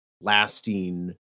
lasting